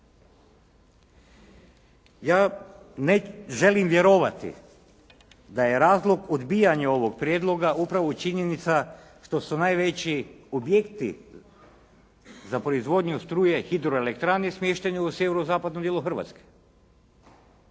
Ja ne želim vjerovati da je razlog odbijanja ovog prijedloga upravo činjenica što su najveći objekti za proizvodnju struje hidroelektrane smješteni u sjeverozapadnom dijelu Hrvatske